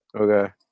Okay